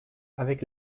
avec